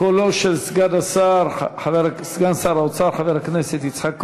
קולו של סגן שר האוצר חבר הכנסת יצחק כהן.